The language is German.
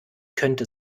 könnte